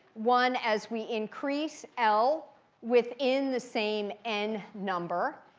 one, as we increase l within the same n number,